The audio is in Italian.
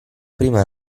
prima